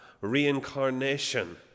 reincarnation